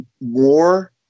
more